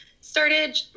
started